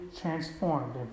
transformed